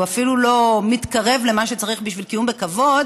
הוא אפילו לא מתקרב למה שצריך בשביל קיום בכבוד,